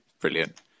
brilliant